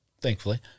thankfully